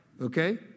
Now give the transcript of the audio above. Okay